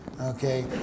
Okay